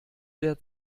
der